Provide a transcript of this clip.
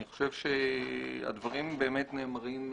אני חושב שהדברים באמת נאמרים,